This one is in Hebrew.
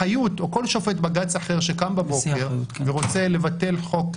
כל שופט בג"ץ אחר שרוצים לבטל חוק,